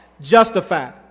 justified